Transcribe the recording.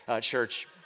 church